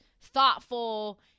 thoughtful